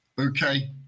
okay